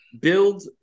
build